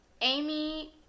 Amy